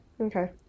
Okay